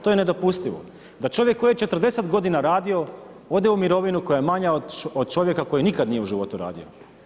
To je nedopustivo da čovjek koji je 40 godina radio ode u mirovinu koja je manja od čovjeka koji nikad nije u životu radio.